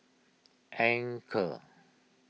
Anchor